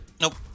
Nope